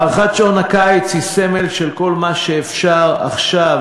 הארכת שעון הקיץ היא סמל של כל מה שאפשר עכשיו,